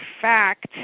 fact